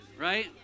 right